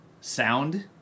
sound